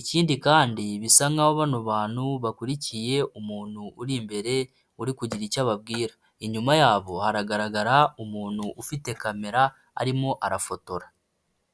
ikindi kandi bisa nkaho bano bantu bakurikiye umuntu uri imbere uri kugira icyo ababwira. Inyuma yabo haragaragara umuntu ufite kamera arimo arafotora.